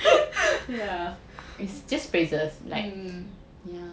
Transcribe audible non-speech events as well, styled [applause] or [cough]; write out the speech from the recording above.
[laughs] mm